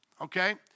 okay